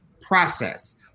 process